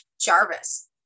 Jarvis